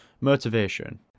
motivation